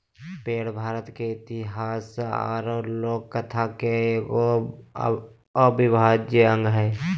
पेड़ भारत के इतिहास और लोक कथा के एगो अविभाज्य अंग हइ